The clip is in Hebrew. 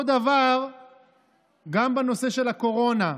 אותו דבר גם בנושא של הקורונה.